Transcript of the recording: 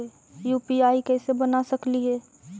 UPI कैसे बना सकली हे?